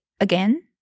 again